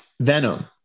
Venom